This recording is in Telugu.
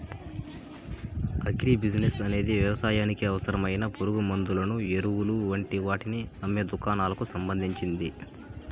అగ్రి బిసినెస్ అనేది వ్యవసాయానికి అవసరమైన పురుగుమండులను, ఎరువులు వంటి వాటిని అమ్మే దుకాణాలకు సంబంధించింది